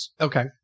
Okay